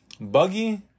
Buggy